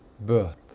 birth